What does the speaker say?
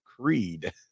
creed